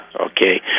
okay